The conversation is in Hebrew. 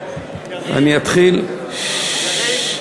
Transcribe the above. אני אתחיל, ששש.